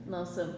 Nossa